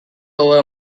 over